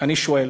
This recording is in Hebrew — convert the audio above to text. אני שואל,